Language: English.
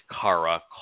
Kara